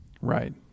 Right